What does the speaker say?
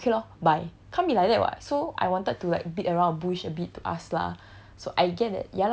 orh you can do ah okay lor bye can't be like that [what] so I wanted to like beat around the bush a bit to ask lah